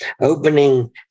opening